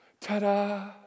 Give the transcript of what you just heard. Ta-da